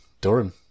Durham